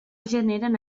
generen